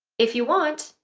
if you want,